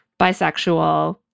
bisexual